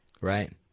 Right